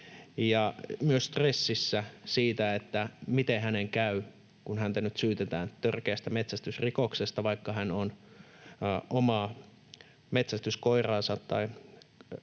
ja myös stressissä siitä, miten hänen käy, kun häntä nyt syytetään törkeästä metsästysrikoksesta, vaikka hän on omaa metsästyskoiraansa